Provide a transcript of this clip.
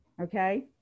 Okay